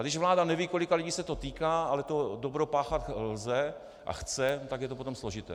Ale když vláda neví, kolika lidí se to týká, ale to dobro páchat lze a chce, tak je to potom složité.